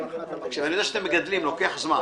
אני יודע שאתם מגדלים, לוקח זמן.